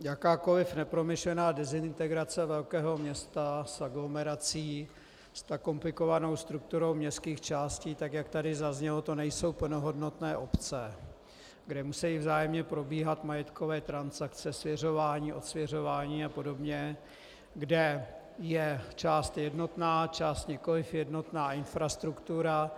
Jakákoli nepromyšlená dezintegrace velkého města s aglomerací, s tak komplikovanou strukturou městských částí, tak jak tady zaznělo, to nejsou plnohodnotné obce, kdy musejí vzájemně probíhat majetkové transakce, svěřování, odsvěřování apod., kde je část jednotná, část nikoli jednotná infrastruktura.